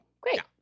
Great